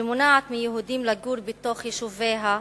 שמונעת מיהודים לגור בתוך יישוביה,